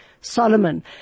Solomon